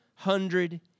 Hundred